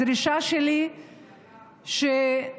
הדרישה שלי היא שמה